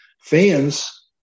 fans